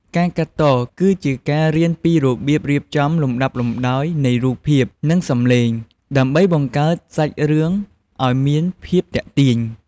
ការកាត់ត គឺជាការរៀនពីរបៀបរៀបចំលំដាប់លំដោយនៃរូបភាព និងសំឡេង ដើម្បីបង្កើតសាច់រឿងឱ្យមានភាពទាក់ទាញ។